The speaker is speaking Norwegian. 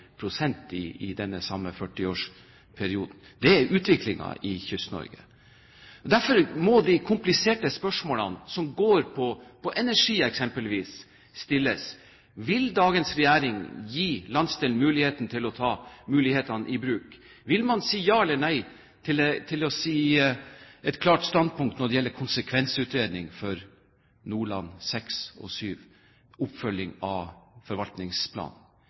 i den samme førtiårsperioden. Det er utviklingen i Kyst-Norge. Derfor må de kompliserte spørsmålene som eksempelvis går på energi, stilles. Vil dagens regjering gi landsdelen muligheten til å ta mulighetene i bruk? Vil man si ja eller nei og ta et klart standpunkt når det gjelder konsekvensutredning for Nordland 6 og 7 og oppfølging av forvaltningsplanen?